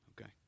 Okay